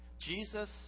Jesus